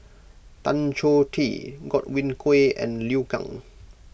Tan Choh Tee Godwin Koay and Liu Kang